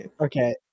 Okay